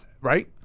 Right